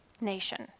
nation